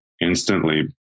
instantly